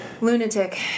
Lunatic